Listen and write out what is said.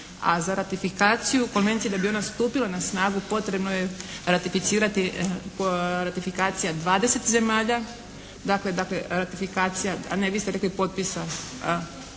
A za ratifikaciju Konvenciju da bi ona stupila na snagu potrebno je ratificirati, ratifikacija 20 zemalja. Dakle, ratifikacija, a ne vi ste rekli potpisa,